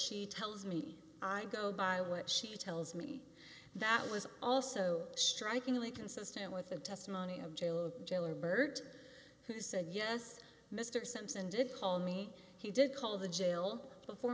she tells me i go by what she tells me that was also strikingly consistent with the testimony of jail in jail or byrd who said yes mr simpson did call me he did call the jail before